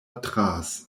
trace